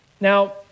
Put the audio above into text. Now